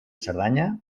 cerdanya